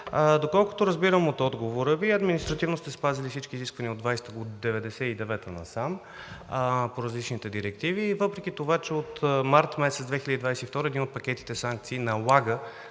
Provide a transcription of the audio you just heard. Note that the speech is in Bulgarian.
доколкото разбирам от отговора Ви, административно сте спазили всички изисквания от 1999 г. насам, по различните директиви, въпреки това, че от март месец 2021 г. един от пакетите санкции налага